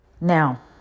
Now